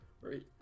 Right